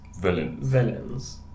Villains